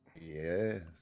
Yes